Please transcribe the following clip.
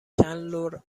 چندلر